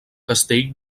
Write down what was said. castell